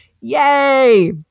yay